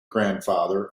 grandfather